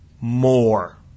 More